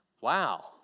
Wow